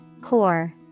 Core